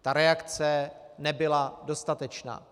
Ta reakce nebyla dostatečná.